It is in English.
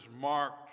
marked